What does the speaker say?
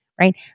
right